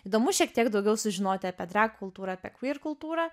įdomu šiek tiek daugiau sužinoti apie drag kultūrą apie kvyr ir kultūrą